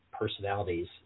personalities